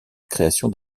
création